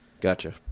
Gotcha